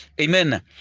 Amen